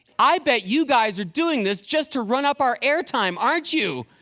i bet you guys are doing this just to run up our airtime, aren't you?